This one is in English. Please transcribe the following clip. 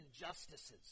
injustices